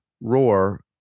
Roar